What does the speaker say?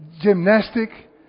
gymnastic